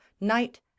night